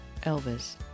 Elvis